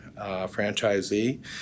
franchisee